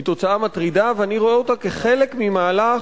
היא תוצאה מטרידה, ואני רואה אותה כחלק ממהלך